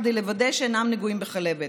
כדי לוודא שאינם נגועים בכלבת.